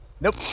Nope